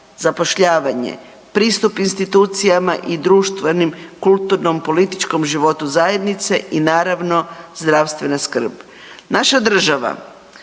zapošljavanje, pristup institucijama i društvenim, kulturnom, političkom životu zajednice i naravno zdravstvena skrb. Naša država